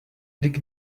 dig